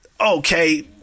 okay